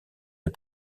les